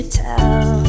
tell